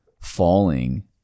falling